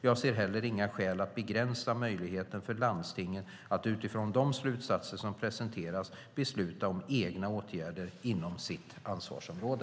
Jag ser heller inga skäl att begränsa möjligheten för landstingen att utifrån de slutsatser som presenteras besluta om egna åtgärder inom sitt ansvarsområde.